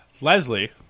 Leslie